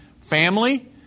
family